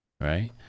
right